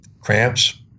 cramps